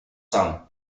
some